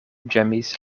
ĝemis